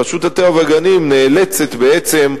רשות הטבע והגנים נאלצת בעצם,